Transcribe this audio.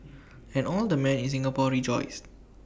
and all the men in Singapore rejoiced